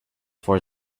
for